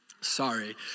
sorry